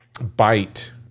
bite